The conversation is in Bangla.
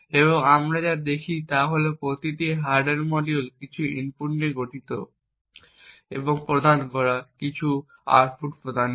এবং আমরা যা দেখি তা হল প্রতিটি হার্ডওয়্যার মডিউল কিছু ইনপুট নিয়ে গঠিত এবং প্রদান করা কিছু আউটপুট প্রদান করে